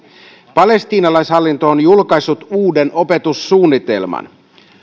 palestiinalaishallinto on julkaissut uuden opetussuunnitelman